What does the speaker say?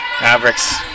Mavericks